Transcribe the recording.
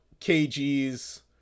KG's